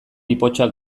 ipotxak